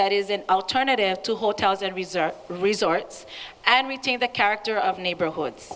that is an alternative to hotels and resorts resorts and retain the character of neighborhoods